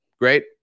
great